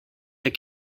herr